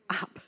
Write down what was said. up